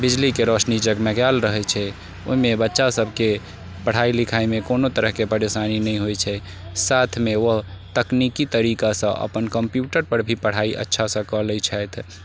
बिजलीके रौशनी जगमगायल रहैत छै ओहिमे बच्चा सभकेँ पढ़ाइ लिखाइमे कोनो तरहके परेशानी नहि होइत छै साथमे ओ तकनीकी तरीकासँ अपन कम्प्यूटर पर पढ़ाइ अच्छासँ कऽ लै छथि